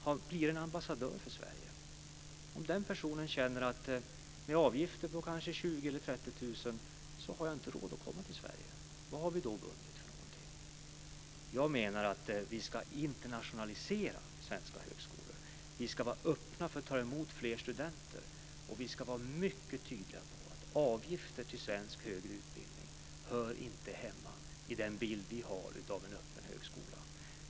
Han blir en ambassadör för Sverige. Om den personen känner att han inte har råd att komma till Sverige om avgifterna kanske är 20 000-30 000 kr, vad har vi då vunnit? Jag menar att vi ska internationalisera svenska högskolor. Vi ska vara öppna för att ta emot fler studenter. Vi ska vara mycket tydliga med att avgifter till svensk högre utbildning inte hör hemma i den bild vi har av en öppen högskola.